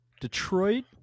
Detroit